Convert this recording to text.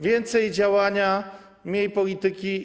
Więcej działania, mniej polityki.